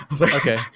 Okay